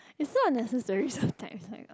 it's not a necessary subtext like